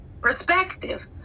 perspective